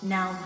Now